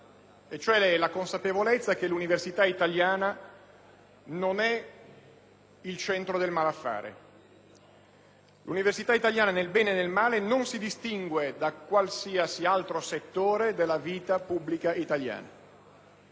dalla consapevolezza che l'università italiana non è il centro del malaffare. L'università italiana, nel bene e nel male, non si distingue da qualsiasi altro settore della vita pubblica italiana.